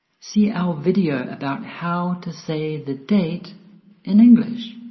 see our video about how to say the date in english